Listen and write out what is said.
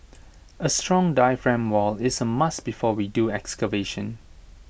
A strong diaphragm wall is A must before we do excavation